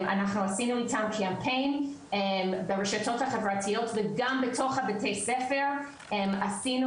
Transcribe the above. אנחנו עשינו איתם קמפיין ברשתות החברתיות וגם בתוך בתי הספר עשינו